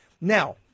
Now